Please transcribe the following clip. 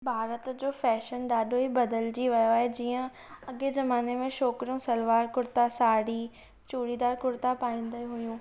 भारत जो फैशन ॾाढो ई बदिलजी वियो आहे जीअं अॻे ज़माने में छोकरियूं सलवार कुर्ता साड़ी चूड़ीदार कुर्ता पाईंदियूं हुयूं